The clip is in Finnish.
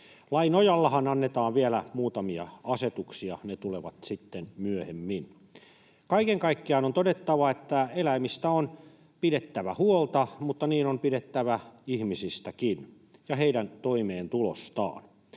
Lain nojallahan annetaan vielä muutamia asetuksia, ne tulevat sitten myöhemmin. Kaiken kaikkiaan on todettava, että eläimistä on pidettävä huolta, mutta niin on pidettävä ihmisistäkin ja heidän toimeentulostaan.